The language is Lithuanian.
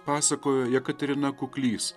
pasakojo jekaterina kuklys